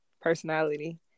personality